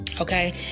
Okay